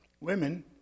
Women